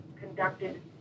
conducted